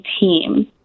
team